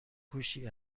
کوشی